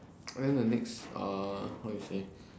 and the next uh how you say